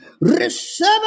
Receive